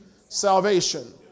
salvation